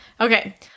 Okay